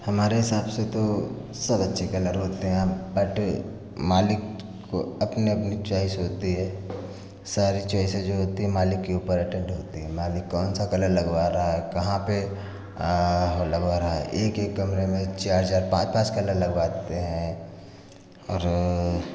हमारे हिसाब से तो सब अच्छे कलर होते हैं अब बट मालिक को अपनी अपनी चॉइस होती है सारी चॉइसे जो होती है मालिक के ऊपर अटेंड होती है मालिक कौन सा कलर लगवा रहा है कहाँ पे हो लगवा रहा है एक एक कमरे चार चार पांच पास कलर लगवा देते हैं और